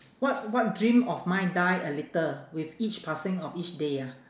what what dream of mine die a little with each passing of each day ah